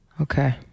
Okay